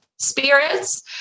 spirits